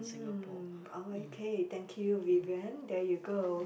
mm oh okay thank you Vivian there you go